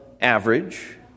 average